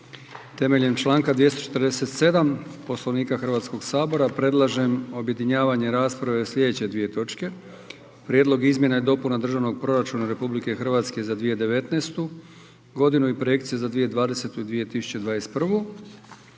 Temeljem čl. 247. Poslovnika Hrvatskog sabora, predlažem objedinjavanje rasprave o slijedeće dvije točke: 1. Prijedlog izmjena i dopuna Državnog proračuna Republike Hrvatske za 2019. godinu i projekcija za 2020. i 2021. godinu